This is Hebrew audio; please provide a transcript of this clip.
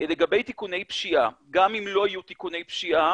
לגבי תיקוני חקיקה, גם אם לא יהיו תיקוני חקיקה,